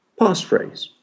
passphrase